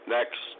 Next